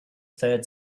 third